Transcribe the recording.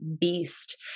beast